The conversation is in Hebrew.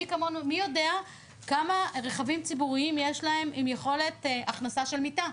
מי יודע כמה רכבים ציבוריים יש להם עם יכולת הכנסה של מיטה?